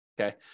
okay